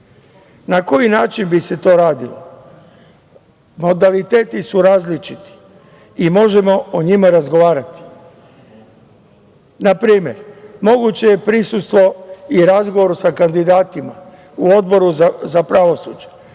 Na koji način bi se to radilo? Modaliteti su različiti i možemo o njima razgovarati. Na primer, moguće je prisustvo i razgovor sa kandidatima u Odboru za pravosuđe,